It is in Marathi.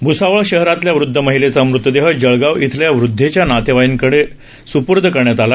भुसावळ शहरातल्या वुदध महिलेचा मृतदेह जळगाव इथल्या वृद्धेच्या नातेवाईकांकडे स्पूर्द करण्यात आला